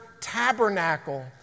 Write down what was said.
tabernacle